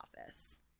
office